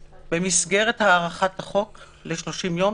במסגרת הארכת החוק ל-30 יום,